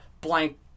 blank